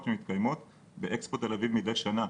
שמתקיימות באקספו תל אביב מדי שנה,